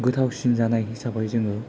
गोथावसिन जानाय हिसाबै जोङो